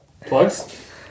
Plugs